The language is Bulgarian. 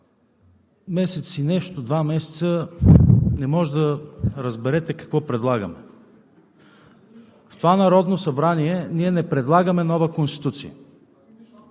месец и нещо, два месеца не може да разберете какво предлагаме. В това Народно събрание ние не предлагаме нова Конституция,